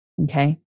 Okay